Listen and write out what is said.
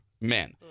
men